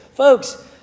Folks